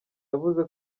yavuze